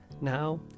now